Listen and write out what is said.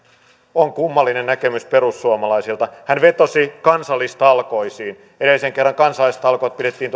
on kummallinen näkemys perussuomalaisilta hän vetosi kansallistalkoisiin edellisen kerran kansallistalkoot pidettiin